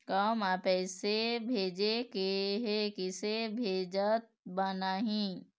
गांव म पैसे भेजेके हे, किसे भेजत बनाहि?